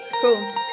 Cool